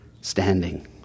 standing